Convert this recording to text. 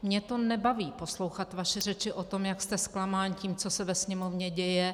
Mě nebaví poslouchat vaše řeči o tom, jak jste zklamáni tím, co se ve Sněmovně děje.